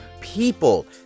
people